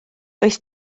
does